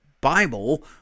Bible